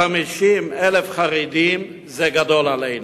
150,000 חרדים, זה גדול עלינו.